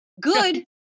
Good